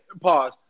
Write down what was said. pause